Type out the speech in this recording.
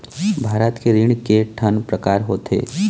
भारत के ऋण के ठन प्रकार होथे?